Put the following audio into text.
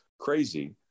crazy